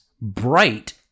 bright